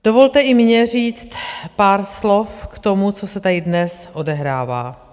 Dovolte i mně říct pár slov k tomu, co se tady dnes odehrává.